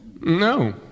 No